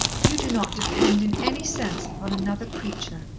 you do not depend in any sense upon another creature.